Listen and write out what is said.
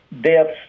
deaths